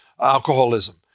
alcoholism